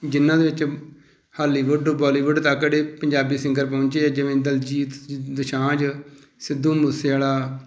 ਜਿਹਨਾਂ ਦੇ ਵਿੱਚ ਹਾਲੀਵੁੱਡ ਬੋਲੀਵੁੱਡ ਤੱਕ ਜਿਹੜੇ ਪੰਜਾਬੀ ਸਿੰਗਰ ਪਹੁੰਚੇ ਜਿਵੇਂ ਦਲਜੀਤ ਦੋਸਾਂਝ ਸਿੱਧੂ ਮੂਸੇਵਾਲਾ